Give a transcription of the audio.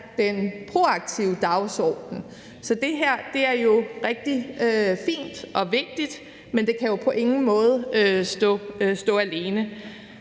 den proaktive dagsorden. Så det her er rigtig fint og vigtigt, men det kan jo på ingen måde stå alene.